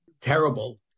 terrible